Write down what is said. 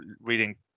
reading